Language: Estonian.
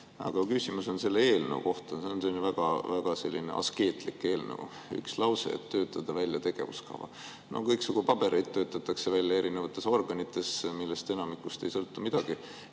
Aga küsimus on selle eelnõu kohta. See on selline väga askeetlik eelnõu, üks lause: töötada välja tegevuskava. No kõiksugu pabereid töötatakse välja erinevates organites, millest enamikust ei sõltu midagi.